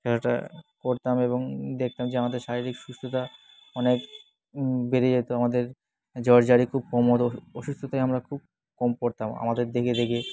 খেলাটা করতাম এবং দেখতাম যে আমাদের শারীরিক সুস্থতা অনেক বেড়ে যেত আমাদের জ্বরজ্বারি খুব কম হতো অসুস্থতায় আমরা খুব কম পড়তাম আমাদের দেখে দেখে